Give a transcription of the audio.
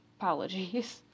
apologies